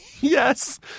Yes